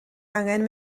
angen